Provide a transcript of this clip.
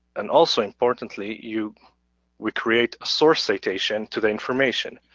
and also importantly you recreate source citation to the information.